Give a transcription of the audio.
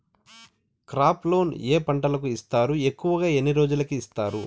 crop loan ఏ పంటలకు ఇస్తారు ఎక్కువగా ఎన్ని రోజులకి ఇస్తారు